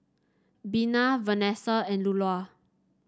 Bena Venessa and Lulla